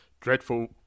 dreadful